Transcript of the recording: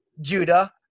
Judah